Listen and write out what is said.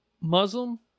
Muslim